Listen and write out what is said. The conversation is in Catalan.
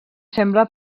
sembla